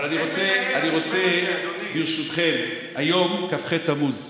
אבל אני רוצה, ברשותכם, היום כ"ח בתמוז,